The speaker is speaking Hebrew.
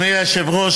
המרחיבים